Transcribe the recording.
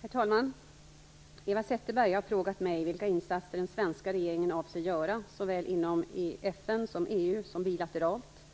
Herr talman! Eva Zetterberg har frågat mig vilka insatser den svenska regeringen avser att göra, såväl inom FN och EU som bilateralt,